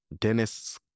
Dennis